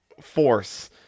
force